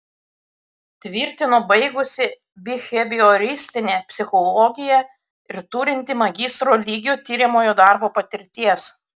tvirtino baigusi bihevioristinę psichologiją ir turinti magistro lygio tiriamojo darbo patirties